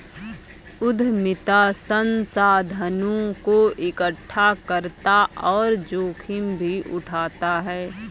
उद्यमिता संसाधनों को एकठ्ठा करता और जोखिम भी उठाता है